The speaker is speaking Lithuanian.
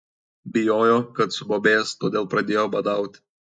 bijojo kad subobės todėl pradėjo badauti